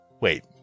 wait